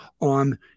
on